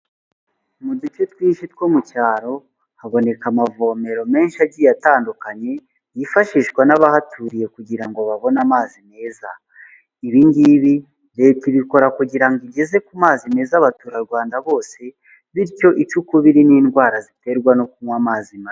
Mu duce twinshi two mu cyaro, haboneka amavomero menshi agiye atandukanye, yifashishwa n'abahaturiye kugira ngo babone amazi meza. Ibi ngibi Leta ibikora kugira ngo igeze ku mazi meza abaturarwanda bose, bityo ice ukubiri n'indwara ziterwa no kunywa amazi mabi.